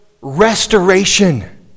restoration